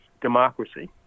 democracy